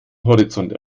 horizont